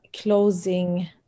closing